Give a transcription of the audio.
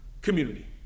community